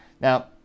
Now